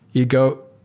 you go,